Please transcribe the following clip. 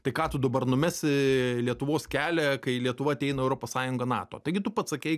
tai ką tu dabar numesi lietuvos kelią kai lietuva ateina į europos sąjungą nato taigi tu pats sakei